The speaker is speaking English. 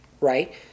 Right